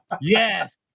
Yes